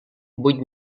vuit